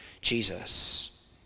Jesus